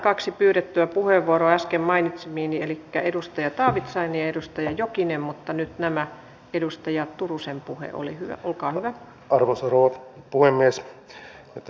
toivon että tämä biotuotetehdasinvestointi ja lisääntynyt puunkuljetus johtavat siihen että nämä edustaja turusen puhe oli hyvä olkaa keskeiset ratahankkeet saadaan kuntoon